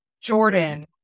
Jordan